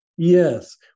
Yes